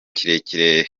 kirekire